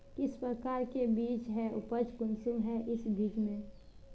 किस प्रकार के बीज है उपज कुंसम है इस बीज में?